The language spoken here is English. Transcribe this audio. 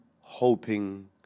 hoping